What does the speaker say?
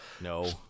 No